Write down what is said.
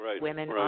women